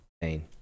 Pain